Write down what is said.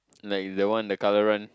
like the one the color run